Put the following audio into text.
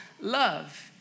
love